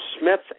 Smith